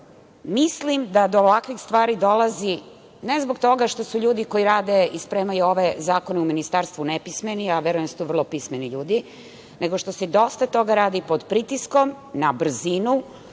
Mislim da do ovakvih stvari dolazi ne zbog toga što su ljudi koji rade i spremaju ove zakone u ministarstvu nepismeni, verujem da su vrlo pismeni ljudi, nego što se dosta toga radi zbog pritiskom, na brzinu,